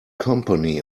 company